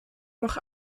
noch